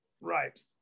Right